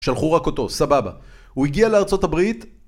שלחו רק אותו, סבבה. הוא הגיע לארצות הברית...